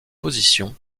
position